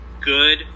good